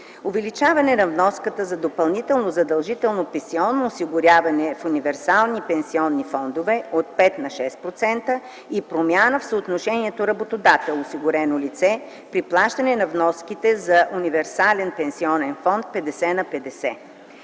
увеличаване на вноската за допълнително задължително пенсионно осигуряване в универсални пенсионни фондове – от 5 на 6%, и промяна в съотношението работодател : осигурено лице при плащането на вноските за универсален пенсионен фонд – 50 : 50,